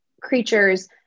creatures